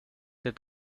had